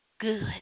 good